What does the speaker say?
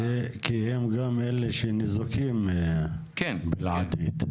כי הם גם אלה שניזוקים לעתיד,